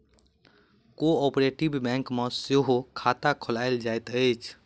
cooperative bank मे सेहो खाता खोलायल जाइत अछि